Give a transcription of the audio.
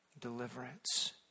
deliverance